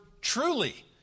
truly